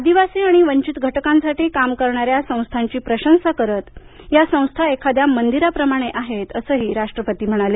आदिवासी आणि वंचित घटकांसाठी काम करणाऱ्या संस्थांची प्रशंसा करत या संस्था एखाद्या मंदिराप्रमाणे आहेत असं राष्ट्रपती म्हणाले